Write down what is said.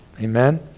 Amen